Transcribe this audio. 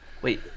Wait